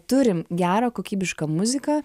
turim gerą kokybišką muziką